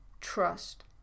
trust